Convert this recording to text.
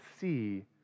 see